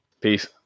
Peace